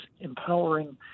empowering